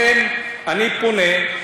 אני פונה: